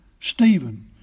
Stephen